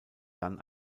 dann